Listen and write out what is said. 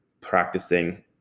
practicing